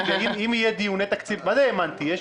מה זה האמנתי?